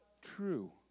true